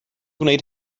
gwneud